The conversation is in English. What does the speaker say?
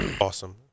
Awesome